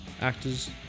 Actors